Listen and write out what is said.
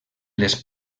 les